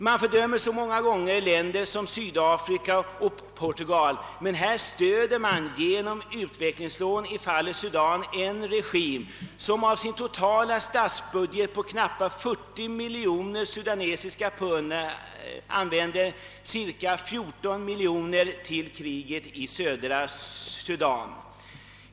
Man fördömer många gånger länder som Sydafrika och Portugal, men i fallet Sudan stöder vi med utvecklingslån en regering som av sin totala statsbudget på knappa 40 miljoner sudanska pund använder ungefär 14 miljoner till kriget i Sudan.